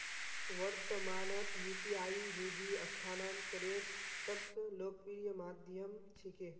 वर्त्तमानत यू.पी.आई निधि स्थानांतनेर सब स लोकप्रिय माध्यम छिके